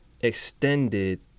extended